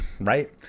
right